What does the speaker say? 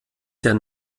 der